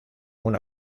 una